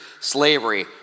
slavery